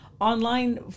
online